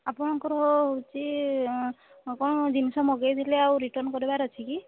ଆପଣଙ୍କର ହେଉଛି କ'ଣ ଜିନଷ ମଗେଇଥିଲେ ଆଉ ରିଟର୍ଣ୍ଣ କରିବାର ଅଛି କି